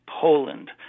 Poland